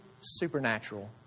supernatural